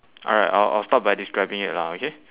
alright I'll I'll start by describing it lah okay